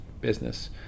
business